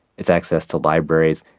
it's access to libraries,